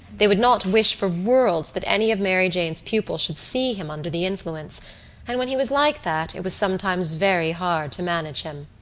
they would not wish for worlds that any of mary jane's pupils should see him under the influence and when he was like that it was sometimes very hard to manage him.